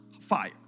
fire